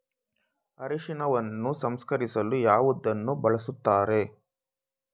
ಅರಿಶಿನವನ್ನು ಸಂಸ್ಕರಿಸಲು ಯಾವುದನ್ನು ಬಳಸುತ್ತಾರೆ?